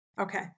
Okay